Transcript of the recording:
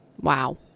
Wow